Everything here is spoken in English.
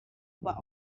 but